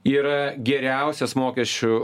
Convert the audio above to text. yra geriausias mokesčių